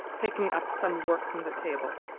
taking up some work from the table,